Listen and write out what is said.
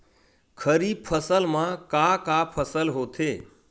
खरीफ फसल मा का का फसल होथे?